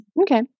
Okay